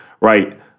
right